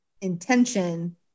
intention